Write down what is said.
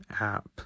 app